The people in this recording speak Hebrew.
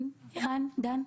דן.